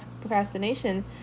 procrastination